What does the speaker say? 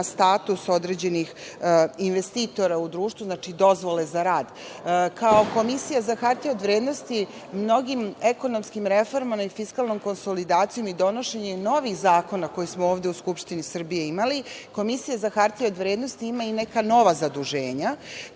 status određenih investitora u društvu, znači, dozvole za rad. Kao Komisija za hartije od vrednosti mnogim ekonomskim reformama i fiskalnom konsolidacijom i donošenje novih zakona koje smo u Skupštini Srbije imali, Komisija za hartije od vrednosti ima i neka nova zaduženja.